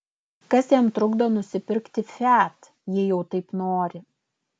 kas jam trukdo nusipirkti fiat jei jau taip nori